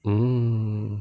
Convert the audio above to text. mm